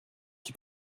qui